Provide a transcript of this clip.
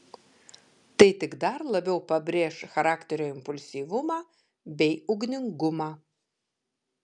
tai tik dar labiau pabrėš charakterio impulsyvumą bei ugningumą